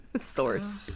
source